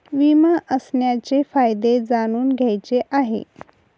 विमा असण्याचे फायदे जाणून घ्यायचे आहे